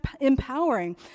empowering